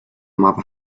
mapa